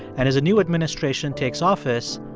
and as a new administration takes office,